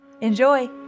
Enjoy